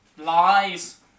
lies